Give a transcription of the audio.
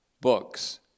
books